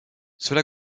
cela